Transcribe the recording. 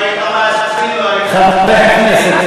אם היית מאזין לו, היית, חברי הכנסת.